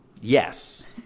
Yes